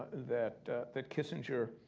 that that kissinger